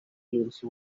yunze